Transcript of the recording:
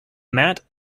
mat